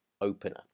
opener